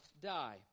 die